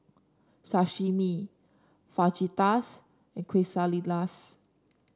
Sashimi Fajitas and Quesadillas